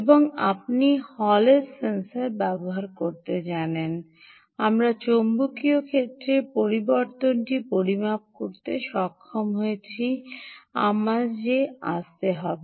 এবং আপনি হলের সেন্সর ব্যবহার করে জানেন আমরা চৌম্বকীয় ক্ষেত্রে পরিবর্তনটি পরিমাপ করতে সক্ষম হয়েছি আমাদের আসতে হবে